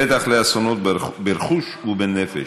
פתח לאסונות ברכוש ובנפש,